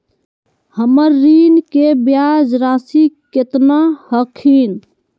हमर ऋण के ब्याज रासी केतना हखिन?